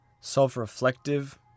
self-reflective